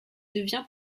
devient